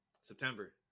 September